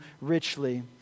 richly